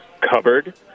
covered